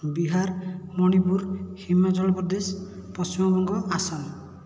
Bihar Manipur Himachal Pradesh Paschimbanga Assam